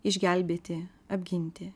išgelbėti apginti